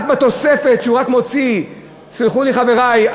רק בתוספת שהוא רק מוציא, סלחו לי, חברי,